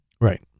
Right